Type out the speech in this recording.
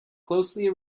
closely